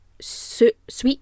Sweet